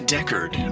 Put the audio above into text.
Deckard